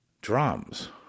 drums